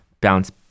bounce